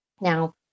Now